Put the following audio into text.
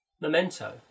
Memento